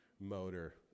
motor